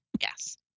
Yes